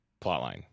plotline